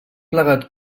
plegat